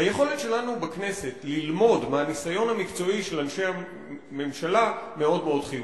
היכולת שלנו בכנסת ללמוד מהניסיון המקצועי של אנשי הממשלה מאוד חיונית.